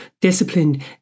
Disciplined